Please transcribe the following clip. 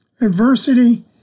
Adversity